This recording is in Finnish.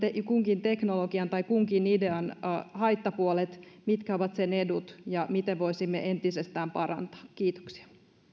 kunkin teknologian tai kunkin idean haittapuolet mitkä ovat sen edut ja miten voisimme entisestään parantaa kiitoksia